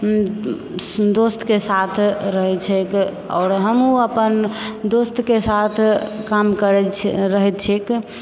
दोस्तके साथ रहैत छैक आओर हमहू अपन दोस्तके साथ काम करैत छी रहैत छिक